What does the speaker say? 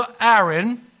Aaron